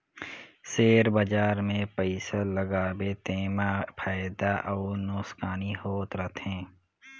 share बजार मे पइसा लगाबे तेमा फएदा अउ नोसकानी होत रहथे